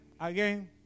again